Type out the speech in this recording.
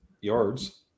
yards